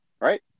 right